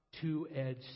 two-edged